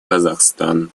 казахстан